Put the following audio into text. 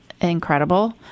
Incredible